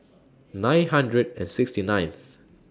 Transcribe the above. nine hundred and sixty ninth